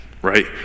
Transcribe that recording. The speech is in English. Right